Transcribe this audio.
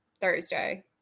Thursday